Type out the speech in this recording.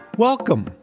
Welcome